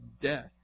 death